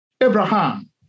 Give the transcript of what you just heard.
Abraham